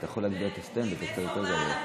אומרים, איפה בעל הבית?